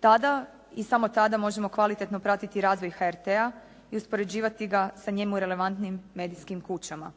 Tada i samo tada možemo kvalitetno pratiti razvoj HRT-a i uspoređivati ga sa njemu irelevantnim medijskim kućama.